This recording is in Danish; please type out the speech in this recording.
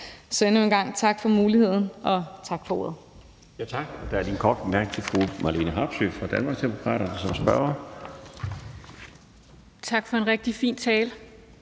Så endnu en gang tak for muligheden, og tak for ordet.